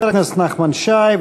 חבר הכנסת נחמן שי,